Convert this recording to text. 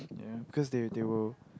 ya cause they they will